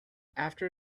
after